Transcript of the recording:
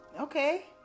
Okay